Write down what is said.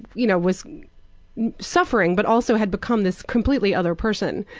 you know, was suffering, but also had become this completely other person.